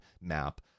map